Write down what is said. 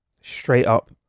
straight-up